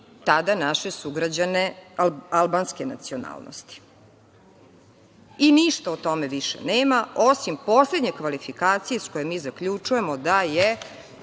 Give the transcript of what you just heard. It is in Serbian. tada naše sugrađane albanske nacionalnosti. Ništa o tome više nema, osim poslednje kvalifikacije, iz koje mi zaključujemo da je